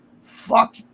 fuck